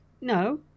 No